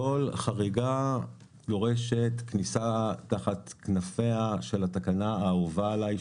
כל חריגה דורשת כניסה תחת כנפיה של התקנה האהובה עלי,